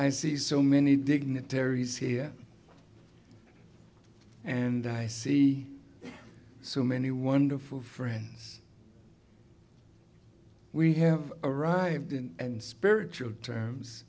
i see so many dignitaries here and i see so many wonderful friends we have arrived in and spiritual terms